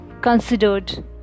considered